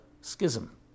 schism